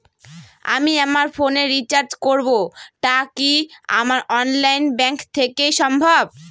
আমি আমার ফোন এ রিচার্জ করব টা কি আমার অনলাইন ব্যাংক থেকেই সম্ভব?